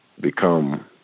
become